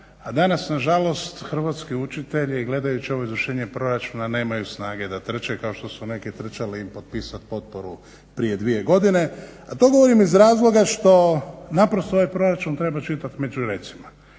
a danas nažalost hrvatski učitelji gledajući ovo izvršenje proračuna nemaju snage da trče kao što su neki trčali im potpisati potporu prije dvije godine. A to govorim iz razloga što naprosto ovaj proračun treba čitati među redcima.